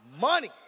money